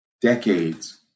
decades